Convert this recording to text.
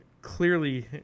clearly